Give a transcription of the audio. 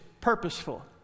purposeful